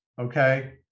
okay